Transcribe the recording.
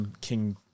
King